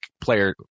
player